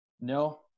No